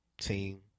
team